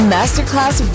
Masterclass